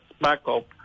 backup